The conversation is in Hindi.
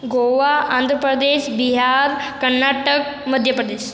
गोवा आंध्र प्रदेश बिहार कर्नाटक मध्य प्रदेश